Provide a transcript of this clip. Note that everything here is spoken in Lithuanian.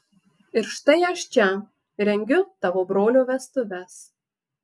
ir štai aš čia rengiu tavo brolio vestuves